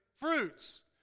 Fruits